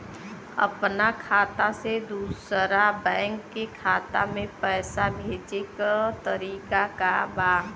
अपना खाता से दूसरा बैंक के खाता में पैसा भेजे के तरीका का बा?